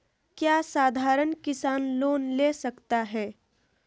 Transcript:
क्या साधरण किसान लोन ले सकता है?